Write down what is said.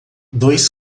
dois